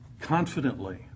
confidently